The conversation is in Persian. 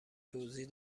توضیح